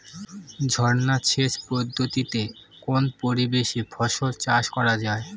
ঝর্না সেচ পদ্ধতিতে কোন পরিবেশে ফসল চাষ করা যায়?